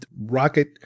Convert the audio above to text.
Rocket